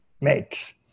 makes